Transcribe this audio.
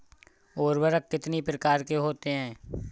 उर्वरक कितनी प्रकार के होते हैं?